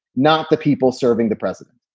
not the people serving the president.